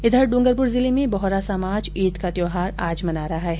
इधर ड्रंगरप्र जिले में बोहरा समाज ईद का त्यौहार आज मना रहा है